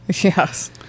Yes